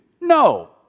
no